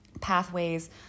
pathways